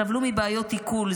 סבלו מבעיות עיכול,